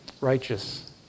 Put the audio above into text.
Righteous